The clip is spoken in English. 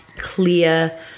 clear